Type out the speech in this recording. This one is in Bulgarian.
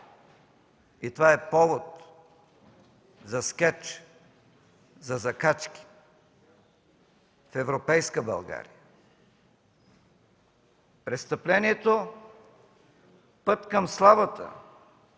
И това е повод за скеч, за закачки в европейска България. Престъплението – път към славата,